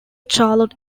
charlotte